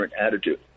attitude